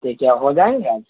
تو یہ کیا ہو جائیں گے آج